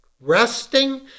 resting